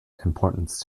importance